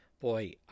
boy